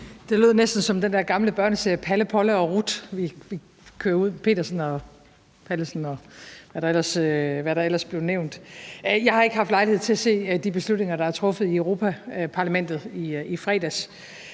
Det lød næsten som den der gamle børneserie Palle, Polle og Ruth og sangen om Petersen og Poulsen og Pallesen, der kører ud, og hvad der ellers blev nævnt. Jeg har ikke haft lejlighed til at se de beslutninger, der er truffet i Europa-Parlamentet i fredags.